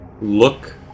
Look